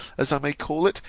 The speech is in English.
as i may call it,